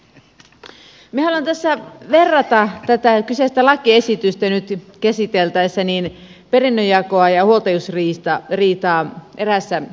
minä haluan tässä verrata tätä kyseistä lakiesitystä nyt käsiteltäessä perinnönjakoa ja huoltajuusriitaa eräässä mielessä